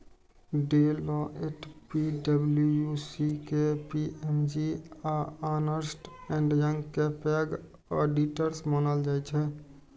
Deloitte, पी.डब्ल्यू.सी, KPMG आ Ernst and Young कें पैघ ऑडिटर्स मानल जाइ छै